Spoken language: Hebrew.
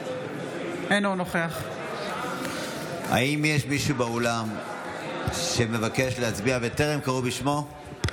אינו נוכח האם יש מישהו באולם שמבקש להצביע וטרם קראו בשמו?